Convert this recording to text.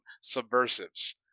subversives